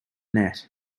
net